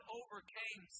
overcame